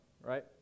right